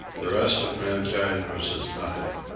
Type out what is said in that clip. the rest of mankind was as nothing.